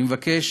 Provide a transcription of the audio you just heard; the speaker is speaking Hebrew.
אני מבקש